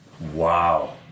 Wow